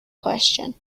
question